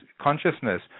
consciousness